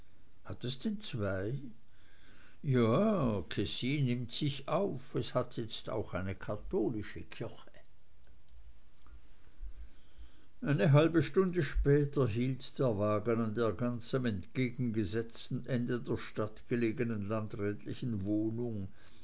hat es denn zwei ja kessin nimmt sich auf es hat jetzt auch eine katholische kirche eine halbe stunde später hielt der wagen an der ganz am entgegengesetzten ende der stadt gelegenen landrätlichen wohnung